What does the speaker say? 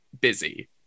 busy